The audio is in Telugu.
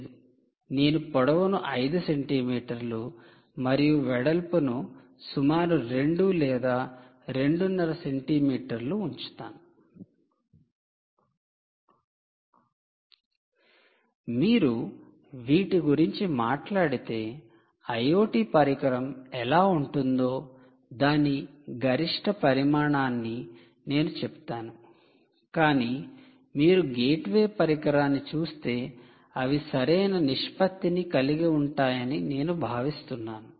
లేదు నేను పొడవును 5 సెంటీమీటర్ల మరియు వెడల్పు సుమారు 2 లేదా రెండున్నర సెంటీమీటర్ల ఉంచుతాను మీరు వీటి గురించి మాట్లాడితే IoT పరికరం ఎలా ఉంటుందో దాని గరిష్ట పరిమాణాన్ని నేను చెబుతాను కాని మీరు గేట్వే పరికరాన్ని చూస్తే అవి సరైన నిష్పత్తిని కలిగి ఉంటాయని నేను భావిస్తున్నాను